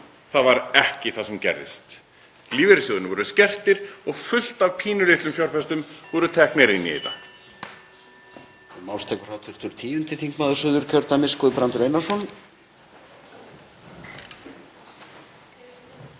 Það var ekki það sem gerðist. Lífeyrissjóðirnir voru skertir og fullt af pínulitlum fjárfestum voru teknir inn í þetta.